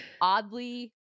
oddly